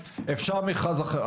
אפשר מכרז אחר,